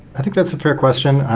i think that's a fair question.